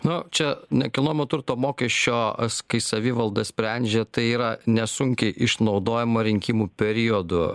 nu čia nekilnojamo turto mokesčio as kai savivalda sprendžia tai yra nesunkiai išnaudojama rinkimų periodu